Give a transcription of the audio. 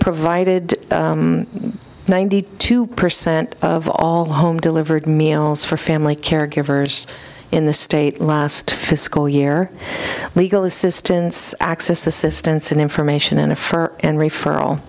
provided ninety two percent of all home delivered meals for family caregivers in the state last fiscal year legal assistance access assistance and information in a firm and referral